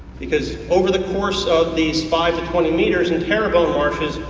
because over the course of these five to twenty meters in terrebone marshes,